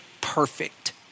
perfect